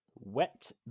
Wet